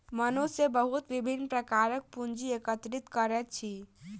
मनुष्य बहुत विभिन्न प्रकारक पूंजी एकत्रित करैत अछि